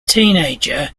teenager